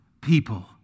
people